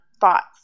thoughts